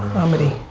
comedy.